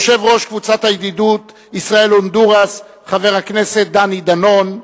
יושב-ראש קבוצת הידידות ישראל הונדורס חבר הכנסת דני דנון,